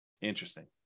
Interesting